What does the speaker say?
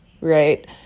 right